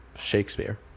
shakespeare